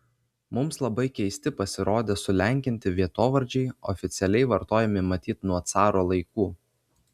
mums labai keisti pasirodė sulenkinti vietovardžiai oficialiai vartojami matyt nuo caro laikų